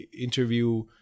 interview